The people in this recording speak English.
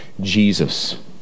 Jesus